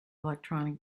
electronic